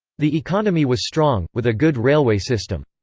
the economy was strong, with a good railway system.